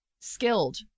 skilled